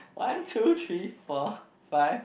one two three four five